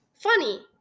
Funny